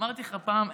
אמרתי לך פעם,